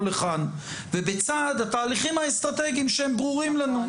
לכאן ובצד התהליכים האסטרטגיים שהם ברורים לנו,